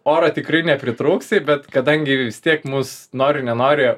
orą tikrai nepritrūksi bet kadangi vis tiek mus nori nenori